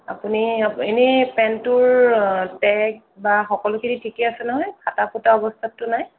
আপুনি এনেই পেণ্টটোৰ টেগ বা সকলোখিনি ঠিকে আছে নহয় ফাটা ফুটা অৱস্থাতটো নাই